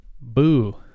Boo